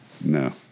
No